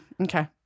okay